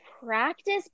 practice